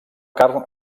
carn